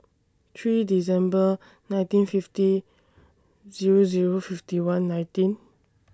three December nineteen fifty Zero Zero fifty one nineteen